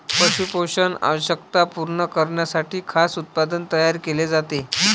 पशु पोषण आवश्यकता पूर्ण करण्यासाठी खाद्य उत्पादन तयार केले जाते